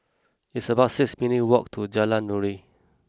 it's about six minutes' walk to Jalan Nuri